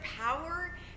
power